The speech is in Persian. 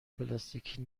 پلاستیکی